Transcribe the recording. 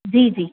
जी जी